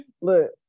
Look